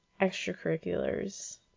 extracurriculars